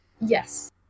Yes